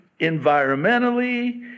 environmentally